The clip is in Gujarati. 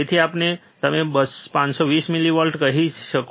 તેથી અથવા તમે 520 મિલીવોલ્ટ કહી શકો છો